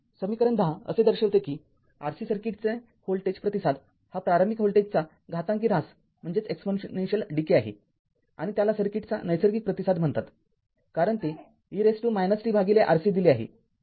समीकरण १० असे दर्शविते की RC सर्किटचा व्होल्टेज प्रतिसाद हा प्रारंभिक व्होल्टेजचा घातांकी ऱ्हास आहे आणि त्याला सर्किटचा नैसर्गिक प्रतिसाद म्हणतात कारण ते e tRC दिले आहे